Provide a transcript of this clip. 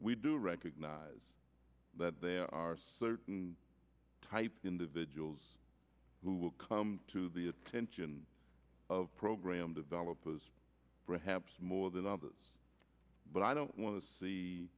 we do recognize that there are certain type individuals who will come to the attention of program developers perhaps more than others but i don't want to see